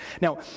Now